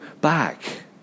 back